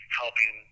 helping